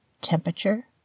temperature